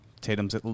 Tatum's